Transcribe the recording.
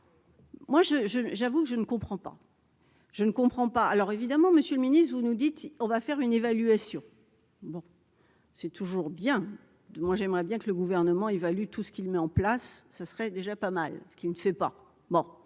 je, je, j'avoue que je ne comprends pas, je ne comprends pas, alors évidemment, Monsieur le Ministre, vous nous dites : on va faire une évaluation. Bon. C'est toujours bien de moi, j'aimerais bien que le gouvernement évalue tout ce qu'il met en place, ce serait déjà pas mal, ce qui ne fait pas